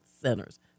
Centers